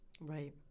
Right